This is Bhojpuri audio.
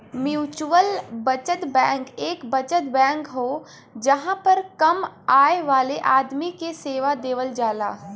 म्युचुअल बचत बैंक एक बचत बैंक हो जहां पर कम आय वाले आदमी के सेवा देवल जाला